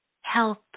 health